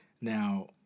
Now